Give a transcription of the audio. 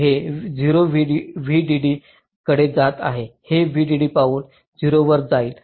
हे 0 VDD कडे जात आहे हे VDD पासून 0 वर जाईल